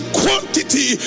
quantity